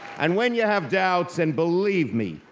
and when you have doubts, and believe me,